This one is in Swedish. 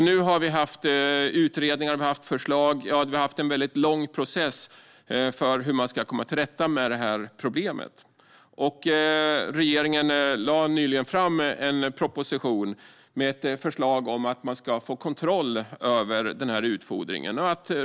Nu har det gjorts utredningar. Det har varit en lång process för hur man ska komma till rätta med problemet. Regeringen lade nyligen fram en proposition med förslag för att få kontroll över utfodringen.